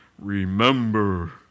Remember